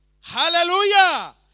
Hallelujah